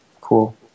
Cool